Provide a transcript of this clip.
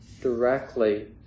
directly